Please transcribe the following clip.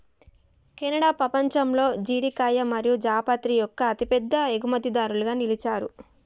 Canada పపంచంలో జీడికాయ మరియు జాపత్రి యొక్క అతిపెద్ద ఎగుమతిదారులుగా నిలిచారు